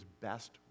best